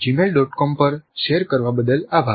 com પર share કરવા બદલ આભાર